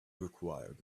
required